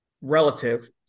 relative